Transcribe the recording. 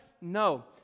No